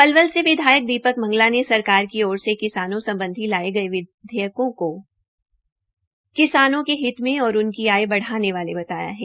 पलवल से विधायक दीपक मंगला ने सरकार की ओर से किसानों सम्बधी लाये गये विधेयकों को किसानों के हित मे और उनक आय बढ़ाने वाले बताया है